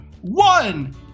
one